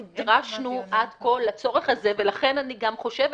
נדרשנו עד כה לצורך הזה, ולכן אני גם חושבת,